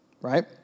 right